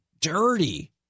dirty